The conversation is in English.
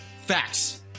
facts